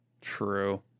true